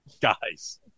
guys